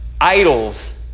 idols